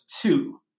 two